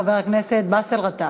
חבר הכנסת באסל גטאס.